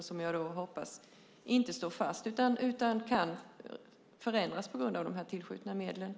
Jag hoppas att den inte står fast utan kan förändras på grund av de tillskjutna medlen.